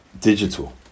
digital